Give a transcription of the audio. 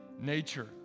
nature